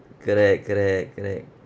correct correct correct